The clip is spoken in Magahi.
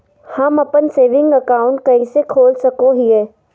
हम अप्पन सेविंग अकाउंट कइसे खोल सको हियै?